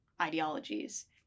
ideologies